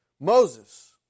Moses